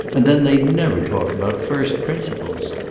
and then they never talk about first principles.